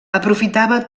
aprofitava